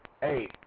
Hey